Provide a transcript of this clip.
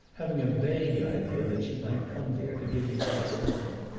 having a vague idea that she might come there to give me some sign.